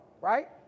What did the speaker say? right